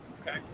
okay